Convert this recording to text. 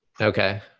Okay